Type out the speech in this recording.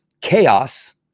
chaos